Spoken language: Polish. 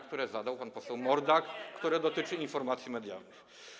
które zadał pan poseł Mordak, które dotyczy informacji medialnych.